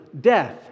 death